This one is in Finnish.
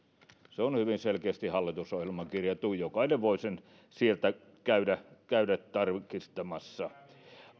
se on hyvin selkeästi hallitusohjelmaan kirjattu jokainen voi sen sieltä käydä käydä tarkistamassa